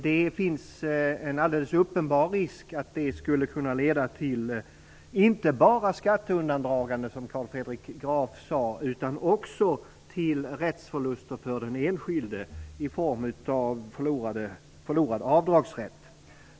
Det finns en alldeles uppenbar risk att det skulle kunna leda inte bara till skatteundandragande, som Carl Fredrik Graf nämnde, utan också till rättsförluster för den enskilde i form av förlorad avdragsrätt.